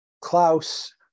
Klaus